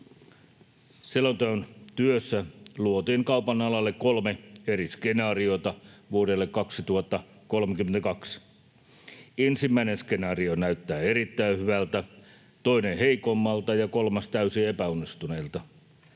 Selonteon työssä luotiin kaupan alalle kolme eri skenaariota vuodelle 2032. Ensimmäinen skenaario näyttää erittäin hyvältä, toinen heikommalta ja kolmas täysin epäonnistuneelta.